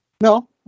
No